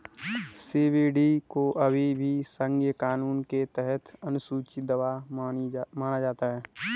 CBD को अभी भी संघीय कानून के तहत अनुसूची दवा माना जाता है